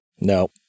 No